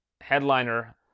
Headliner